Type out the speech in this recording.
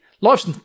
Life's